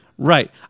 Right